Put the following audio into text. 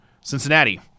Cincinnati